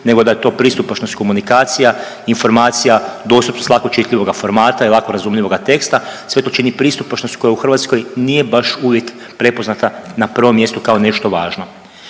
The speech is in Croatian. nego da je to pristupačnost komunikacija, informacija, dostupnost lako čitljivoga formata i lako razumljivoga teksta. Sve to čini pristupačnost koja u Hrvatskoj nije baš uvijek prepoznata na prvom mjestu kao nešto važno.